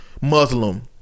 Muslim